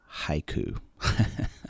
haiku